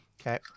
Okay